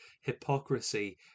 hypocrisy